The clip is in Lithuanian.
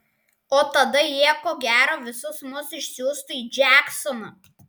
o tada jie ko gero visus mus išsiųstų į džeksoną